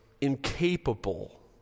incapable